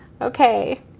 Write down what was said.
okay